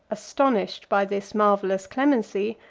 astonished by this marvellous clemency,